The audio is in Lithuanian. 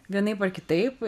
vienaip ar kitaip